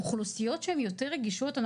אוכלוסיות יותר רגישות,